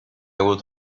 would